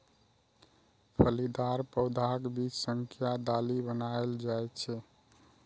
फलीदार पौधाक बीज सं दालि बनाएल जाइ छै